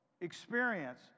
experience